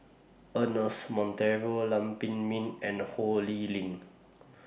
Ernest Monteiro Lam Pin Min and Ho Lee Ling